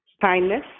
Kindness